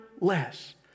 less